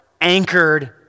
anchored